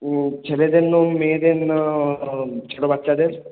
ছেলেদের না মেয়েদের না ছোটো বাচ্চাদের